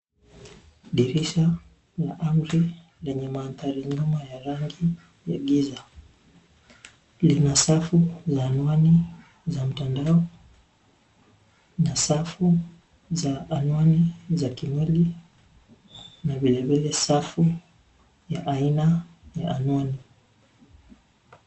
Dirisha, la amri, lenye mandhari nyuma ya rangi, ya giza, lina safu, za anwani, za mtandao, na safu, za anwani, za kimwili, na vilevile safu, ya aina, ya anwani.